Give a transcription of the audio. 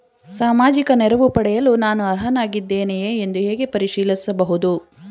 ಸಾಮಾಜಿಕ ನೆರವು ಪಡೆಯಲು ನಾನು ಅರ್ಹನಾಗಿದ್ದೇನೆಯೇ ಎಂದು ಹೇಗೆ ಪರಿಶೀಲಿಸಬಹುದು?